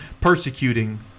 persecuting